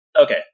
Okay